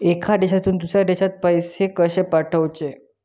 एका देशातून दुसऱ्या देशात पैसे कशे पाठवचे?